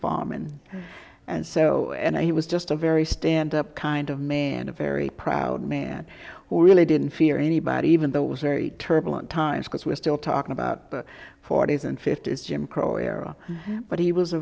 and and so he was just a very stand up kind of man a very proud man who really didn't fear anybody even though it was very turbulent times because we're still talking about the forty's and fifty's jim crow era but he was a